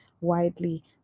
widely